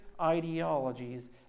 ideologies